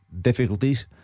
Difficulties